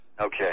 Okay